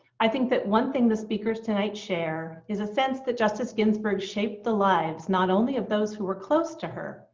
i think that one thing the speakers tonight share is a sense that justice ginsburg shaped the lives not only of those who were close to her,